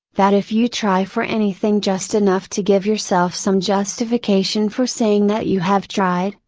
that if you try for anything just enough to give yourself some justification for saying that you have tried,